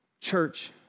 Church